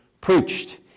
preached